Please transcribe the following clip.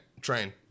train